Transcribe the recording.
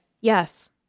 Yes